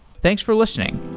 thanks for listening